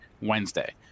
Wednesday